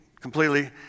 completely